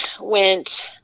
went